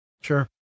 Sure